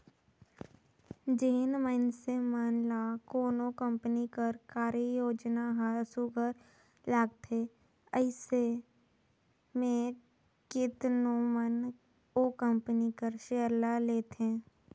जेन मइनसे मन ल कोनो कंपनी कर कारयोजना हर सुग्घर लागथे अइसे में केतनो मन ओ कंपनी कर सेयर ल लेथे